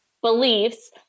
beliefs